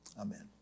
Amen